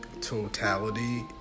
totality